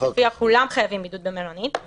לפיה כולם חייבים בבידוד במלונית,